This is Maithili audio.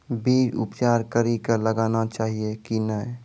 बीज उपचार कड़ी कऽ लगाना चाहिए कि नैय?